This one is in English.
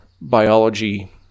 biology